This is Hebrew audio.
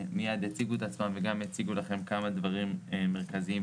שמעתי את כל הדיון ושני דברים לא הוזכרו פה,